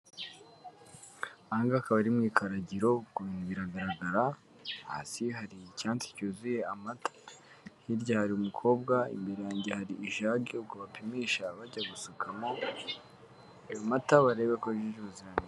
Ahangaha akaba ari mu ikaragiro ubwo biragaragara hasi hari icyasi cyuzuye amata, hirya hari umukobwa imbere yanjye hari jag ubwo bapimisha bajya gusukamo mata ngo barebe ko yujuje ubuziranenge.